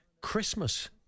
Christmas